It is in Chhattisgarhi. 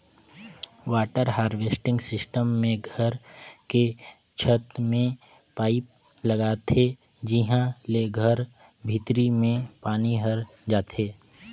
वाटर हारवेस्टिंग सिस्टम मे घर के छत में पाईप लगाथे जिंहा ले घर के भीतरी में पानी हर जाथे